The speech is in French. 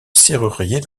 serrurier